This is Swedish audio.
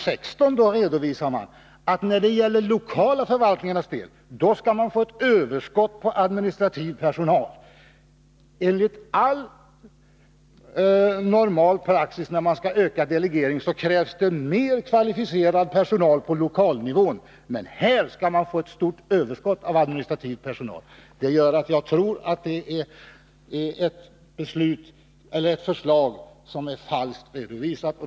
16 redovisar man att man beträffande de lokala förvaltningarna kommer att få ett överskott på administrativ personal. När delegeringen skall öka krävs erfarenhetsmässigt mer kvalificerad personal på lokalnivån, men här skall mani stället få ett stort överskott av administrativ personal. Detta gör att jag tror att förslaget är falskt redovisat.